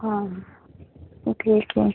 हां ओके